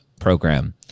Program